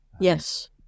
Yes